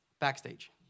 Backstage